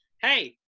hey